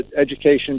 education